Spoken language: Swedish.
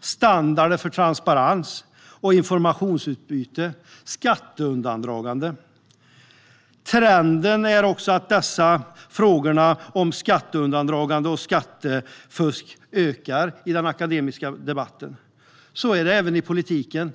standarder för transparens och informationsutbyte samt skatteundandragande. Trenden är att frågorna om skatteundandragande och skattefusk ökar i den akademiska debatten. Så är det även i politiken.